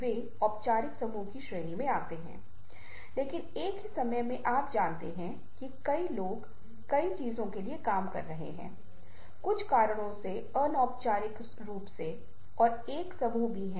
वे उदाहरण के लिए आकार के तत्व का संचार करने में भी कामयाब रहे अगर हमारे पास बहुत बड़ा सूरज होता तो कौन जानता है कि इसका अर्थ बहुत महत्वपूर्ण रूप से बदल जाएगा